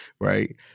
right